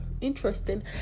interesting